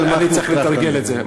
אני צריך לתרגל את זה.